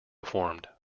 formed